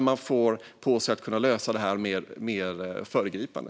Man behöver lösa det här mer föregripande.